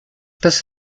das